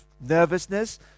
nervousness